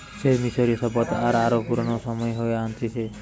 সে মিশরীয় সভ্যতা আর আরো পুরানো সময়ে হয়ে আনতিছে